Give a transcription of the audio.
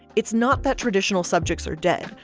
it's not that traditional subjects are dead.